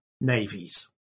navies